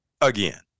again